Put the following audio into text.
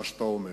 מה שאתה אומר,